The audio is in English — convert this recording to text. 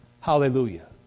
Hallelujah